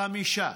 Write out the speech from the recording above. חמישה,